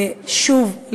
שוב,